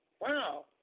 Wow